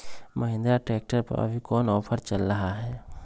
Mahindra tractor पर अभी कोन ऑफर चल रहा है?